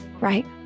right